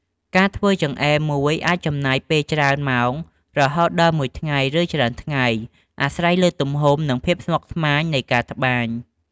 ការធ្វើចង្អេរមួយ អាចចំណាយពេលច្រើនម៉ោង រហូតដល់មួយថ្ងៃ ឬច្រើនថ្ងៃ អាស្រ័យលើទំហំ និងភាពស្មុគស្មាញនៃការត្បាញ។